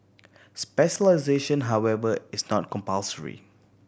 specialisation however is not compulsory